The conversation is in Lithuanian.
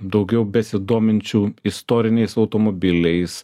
daugiau besidominčių istoriniais automobiliais